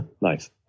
nice